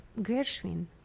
gershwin